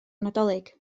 nadolig